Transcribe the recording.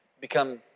become